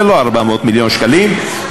זה לא 400 מיליון שקלים,